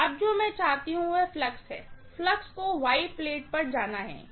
अब मैं जो चाहती हूं वह फ्लक्स है फ्लक्स को Y प्लेट पर जाना है